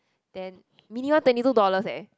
then mini one twenty two dollars leh